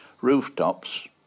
rooftops